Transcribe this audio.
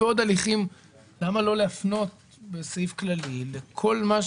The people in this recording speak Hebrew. למה לא להפנות בסעיף כללי לכל מה שצריך?